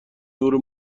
نور